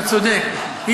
אתה צודק.